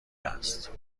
است